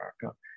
America